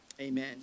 Amen